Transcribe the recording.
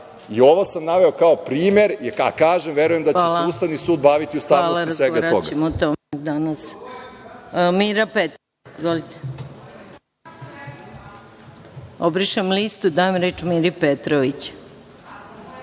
Ovo sam naveo kao primer, a kažem verujem da će se Ustavni sud baviti ustavnošću svega toga.